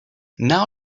now